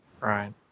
Right